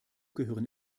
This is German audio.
gehören